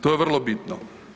To je vrlo bitno.